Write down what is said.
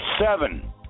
Seven